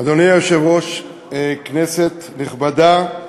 אדוני היושב-ראש, כנסת נכבדה,